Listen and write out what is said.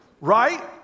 right